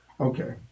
Okay